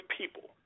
people